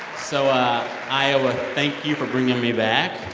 so iowa, thank for bringing me back.